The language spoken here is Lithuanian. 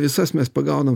visas mes pagaunam